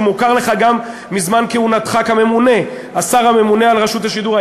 שמוכר לך גם מזמן כהונתך כשר הממונה על רשות השידור,